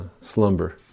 slumber